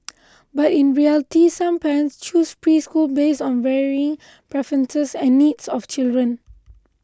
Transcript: but in reality some parents choose preschools based on varying preferences and needs of children